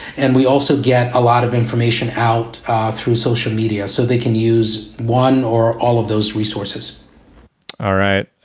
and we also get a lot of information out through social media so they can use one or all of those resources all right.